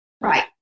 Right